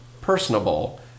personable